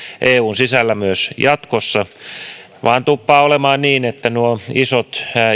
eun sisällä myös jatkossa vähän tuppaa olemaan niin että nuo isot